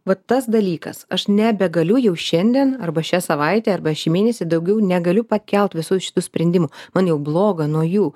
vat tas dalykas aš nebegaliu jau šiandien arba šią savaitę arba šį mėnesį daugiau negaliu pakelt visų šitų sprendimų man jau bloga nuo jų